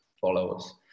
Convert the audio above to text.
followers